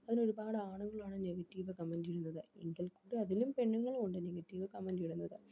അതിന് ഒരുപാട് ആണുകളാണ് നെഗറ്റീവ് കമെൻ്റ് ഇടുന്നത് എങ്കിൽക്കൂടി അതിലും പെണ്ണങ്ങളും ഉണ്ട് നെഗറ്റീവ് കമെൻ്റ് ഇടുന്നത്